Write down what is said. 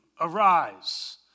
arise